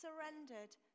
surrendered